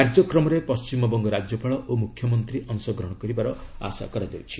କାର୍ଯ୍ୟକ୍ରମରେ ପଣ୍ଢିମବଙ୍ଗ ରାଜ୍ୟପାଳ ଓ ମୁଖ୍ୟମନ୍ତ୍ରୀ ଅଂଶଗ୍ରହଣ କରିବାର ଆଶା କରାଯାଉଛି